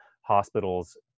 hospitals